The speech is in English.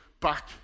back